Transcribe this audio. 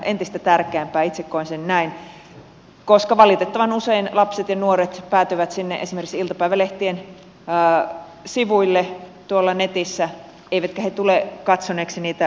itse koen sen näin koska valitettavan usein lapset ja nuoret päätyvät esimerkiksi iltapäivälehtien sivuille tuolla netissä eivätkä he tule katsoneeksi niitä niin sanottu